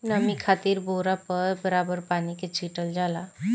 नमी खातिर बोरा पर बराबर पानी के छीटल जाला